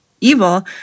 evil